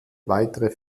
weitere